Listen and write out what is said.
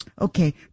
Okay